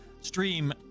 stream